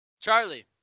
Charlie